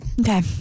Okay